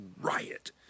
riot